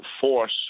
force